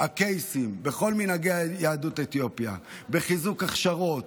הקייסים, כל מנהגי יהדות אתיופיה, בחיזוק הכשרות,